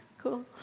cool.